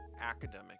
academic